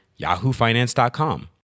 yahoofinance.com